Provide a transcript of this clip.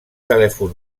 telèfon